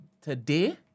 today